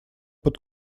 под